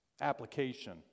application